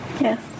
Yes